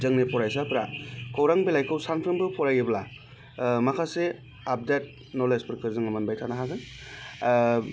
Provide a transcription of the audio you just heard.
जोंनि फरायसाफ्रा खौरां बिलाइखौ सानफ्रोमबो फरायोब्ला माखासे आपदेट नलेजफोरखौ जोङो मोनबाय थानो हागोन